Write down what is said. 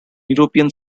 european